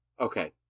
Okay